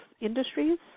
industries